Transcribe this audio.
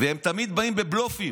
והם תמיד באים בבלופים,